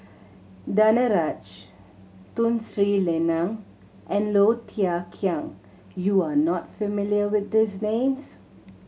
Danaraj Tun Sri Lanang and Low Thia Khiang you are not familiar with these names